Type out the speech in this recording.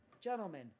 gentlemen